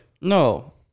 no